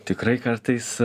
tikrai kartais